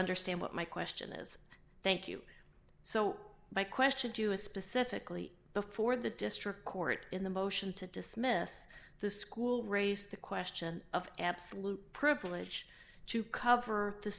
understand what my question is thank you so my question to you is specifically before the district court in the motion to dismiss the school raised the question of absolute privilege to cover the